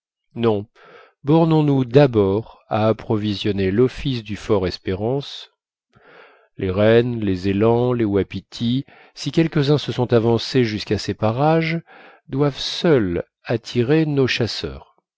non bornons-nous d'abord à approvisionner l'office du fort espérance les rennes les élans les wapitis si quelquesuns se sont avancés jusqu'à ces parages doivent seuls attirer nos chasseurs